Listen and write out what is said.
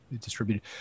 distributed